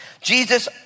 Jesus